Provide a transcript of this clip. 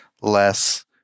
less